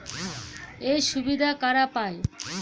এই সুবিধা কারা পায়?